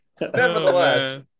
Nevertheless